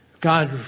God